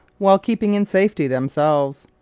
while keeping in safety themselves.